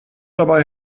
dabei